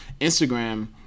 Instagram